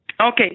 Okay